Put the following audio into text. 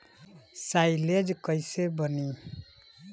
Silage कईसे बनी?